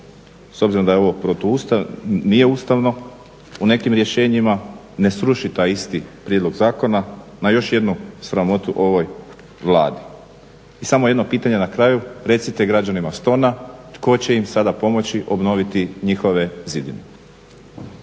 s obzirom da ovo nije ustavno u nekim rješenjima ne sruši taj isti prijedlog zakona na još jednu sramotu ovoj Vladi. I samo jedno pitanje na kraju, recite građanima Stona tko će im sada pomoći obnoviti njihove zidine?